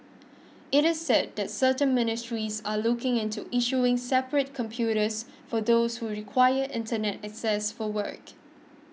it is said that certain ministries are looking into issuing separate computers for those who require Internet access for work